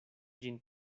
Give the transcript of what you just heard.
ĝin